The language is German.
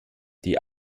die